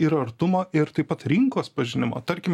ir artumo ir taip pat rinkos pažinimo tarkim